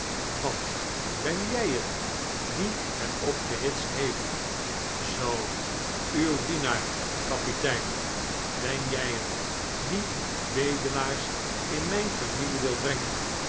wat ben jij het die hem opgehitst heeft zoo uw diena ar kapitein ben jij het die bedelaars in mijn familie wilt brengen